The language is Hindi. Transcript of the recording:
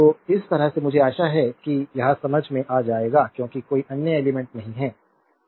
तो इस तरह से मुझे आशा है कि यह समझ में आ जाएगा क्योंकि कोई अन्य एलिमेंट्स नहीं है